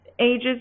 ages